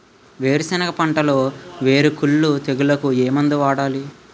వేరుసెనగ పంటలో వేరుకుళ్ళు తెగులుకు ఏ మందు వాడాలి?